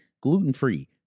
gluten-free